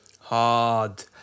Hard